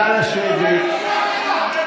גם בלבנון,